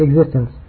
existence